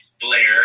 Blair